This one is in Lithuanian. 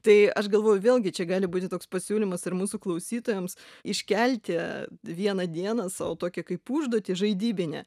tai aš galvoju vėlgi čia gali būti toks pasiūlymas ir mūsų klausytojams iškelti vieną dieną sau tokį kaip užduotį žaidybinę